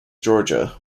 georgia